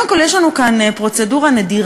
קודם כול, יש לנו כאן פרוצדורה נדירה,